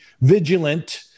vigilant